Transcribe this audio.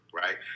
right